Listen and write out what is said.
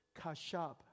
kashab